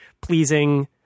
pleasing